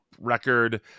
record